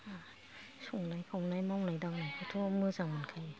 संनाय खावनाय मावनाय दांनायखौथ' मोजां मोनखायो